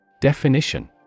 Definition